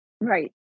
Right